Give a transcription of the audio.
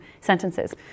sentences